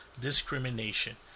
discrimination